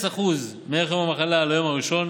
0% מערך יום המחלה על היום הראשון,